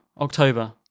October